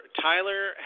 Tyler